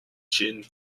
chin